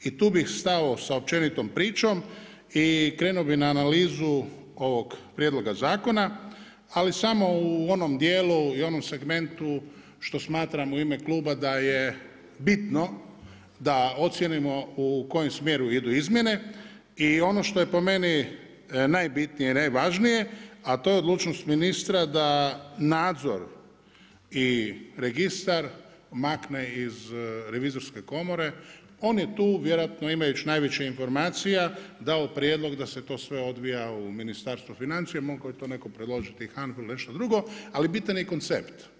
I tu bi stao sa općenitom pričom, i krenuo bi na analizu ovog prijedloga zakona, ali samo u onom dijelu i onom segmentu što smatram u ime kluba da je bitno da ocijenimo u kojem smjeru idu izmjene i ono što je po meni najbitnije, najvažnije, a to je odlučnost ministra da nadzor i registra makne iz revizorske komore, oni tu vjerojatno … informacija, dao prijedlog da se to sve odvija u Ministarstvu financija, mogao je to netko predložiti i HANFA-i ili nešto drugo, ali bitan je koncept.